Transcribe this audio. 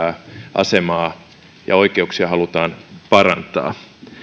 asemaa ja oikeuksia halutaan parantaa